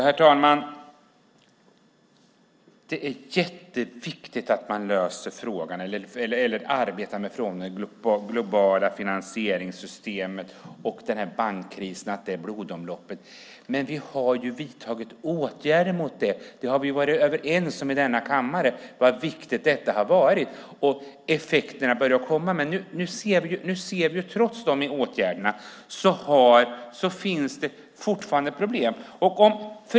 Herr talman! Det är viktigt att man arbetar med frågan om det globala finansieringssystemet och bankkrisen, det vill säga blodomloppet. Vi har dock vidtagit åtgärder för det. Vi har varit överens om i kammaren hur viktigt detta har varit. Nu börjar effekterna komma. Trots dessa åtgärder finns det dock fortfarande problem.